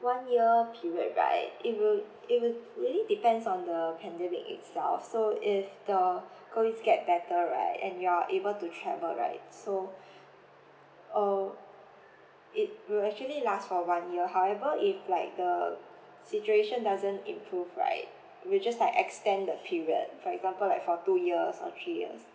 one year period right it will it will really depends on the pandemic itself so if the COVID get better right and you are able to travel right so uh it will actually last for one year however if like the situation doesn't improve right we'll just like extend the period for example like for two years or three years